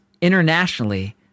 internationally